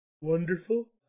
wonderful